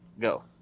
Go